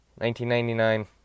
1999